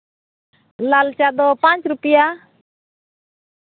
ᱞᱟᱞ ᱪᱟ ᱫᱚ ᱯᱟᱸᱪ ᱨᱩᱯᱤᱭᱟ